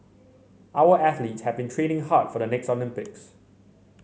our athlete have been training hard for the next Olympics